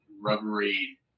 rubbery